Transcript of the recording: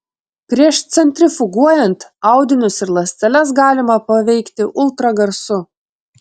prieš centrifuguojant audinius ir ląsteles galima paveikti ultragarsu